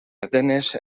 atenes